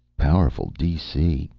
powerful dc,